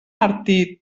martí